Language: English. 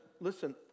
listen